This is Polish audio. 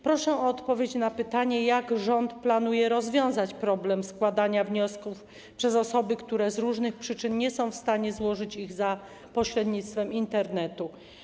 Proszę o odpowiedź na pytania: Jak rząd planuje rozwiązać problem składania wniosków przez osoby, które z różnych przyczyn nie są w stanie złożyć ich za pośrednictwem Internetu?